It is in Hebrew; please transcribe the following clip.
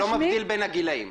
לא מבדיל בין הגילאים.